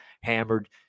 hammered